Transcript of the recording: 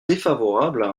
défavorables